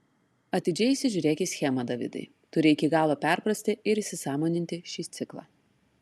atidžiai įsižiūrėk į schemą davidai turi iki galo perprasti ir įsisąmoninti šį ciklą